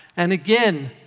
and, again,